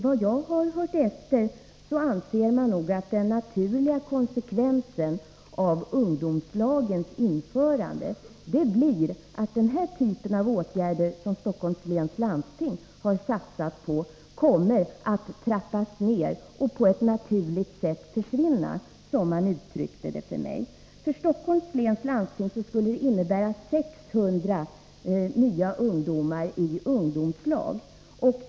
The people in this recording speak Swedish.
Enligt de uppgifter jag har fått anser man att den naturliga konsekvensen av ungdomslagens införande blir att den typ av åtgärder som Stockholms läns landsting har satsat på kommer att trappas ner och — som man uttryckte det för mig — på ett naturligt sätt försvinna. För Stockholms läns landsting skulle det innebära 600 nya ungdomar i ungdomslag.